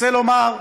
רוצה לומר,